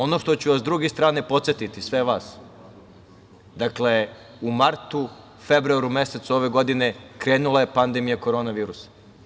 Ono što ću vas sa druge strane podsetiti sve vas, dakle u martu, februaru mesecu ove godine krenula je pandemija korona virusa.